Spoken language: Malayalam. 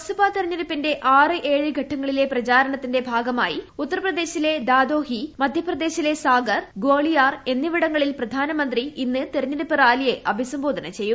ലോക്സഭാ തെരഞ്ഞെടു പ്പിന്റെ ആറ് ഏഴ് ഘട്ടങ്ങളിലെ പ്രചരണത്തിന്റെ ഭാഗമായി ഉത്തർപ്രദേ ശിലെ ദാദോഹി മധ്യപ്രദേശിലെ സാഗർ ഗ്വോളിയോർ എന്നിവിടങ്ങ ളിൽ പ്രധാനമന്ത്രി ഇന്ന് തെരഞ്ഞെടുപ്പ് റാലിയെ അഭിസംബോധന ചെയ്യും